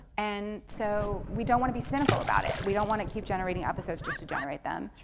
and so we don't want to be cynical about it. we don't want to keep generating episodes just to generate them.